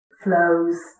flows